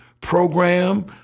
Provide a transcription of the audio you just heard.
program